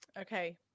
okay